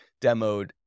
demoed